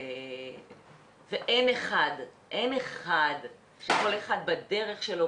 ואין אחד שכל אחד בדרך שלו,